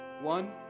one